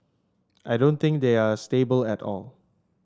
I don't think they are stable at all